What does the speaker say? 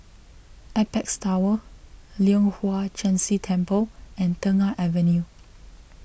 Apex Tower Leong Hwa Chan Si Temple and Tengah Avenue